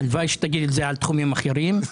הלוואי שתגיד את זה על תחומים אחרים.